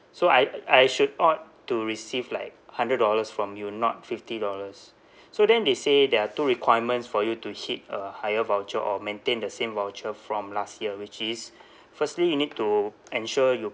so I I should ought to receive like hundred dollars from you not fifty dollars so then they say there are two requirements for you to hit a higher voucher or maintain the same voucher from last year which is firstly you need to ensure you